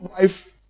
wife